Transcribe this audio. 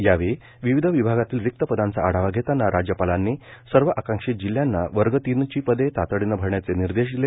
यावेळी विविध विभागांतील रिक्त पदांचा आढावा घेताना राज्यपालांनी सर्व आकांक्षित जिल्ह्यांना वर्ग तीनची पदे तातडीनं भरण्याचे निर्देश दिले